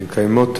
הן קיימות,